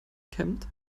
kämmt